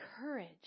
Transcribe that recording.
courage